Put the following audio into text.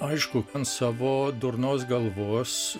aišku ant savo durnos galvos